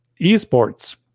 eSports